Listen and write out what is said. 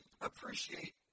appreciate